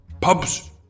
pubs